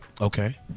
Okay